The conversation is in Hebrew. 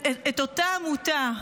אותה עמותה,